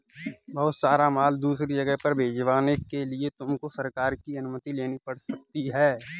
बहुत सारा माल दूसरी जगह पर भिजवाने के लिए तुमको सरकार की अनुमति लेनी पड़ सकती है